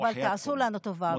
אבל תעשו לנו טובה,